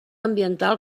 ambiental